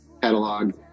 catalog